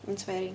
it's very